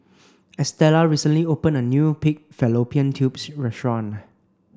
Estella recently opened a new pig fallopian tubes restaurant